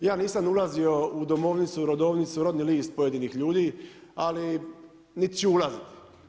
Ja nisam ulazio u domovnicu, rodovnicu, rodni list pojedinih ljudi niti ću ulaziti.